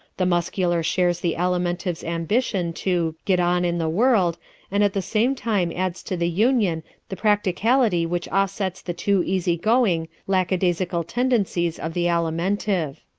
the muscular shares the alimentive's ambition to get on in the world and at the same time adds to the union the practicality which offsets the too easy-going, lackadaisical tendencies of the alimentive.